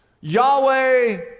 Yahweh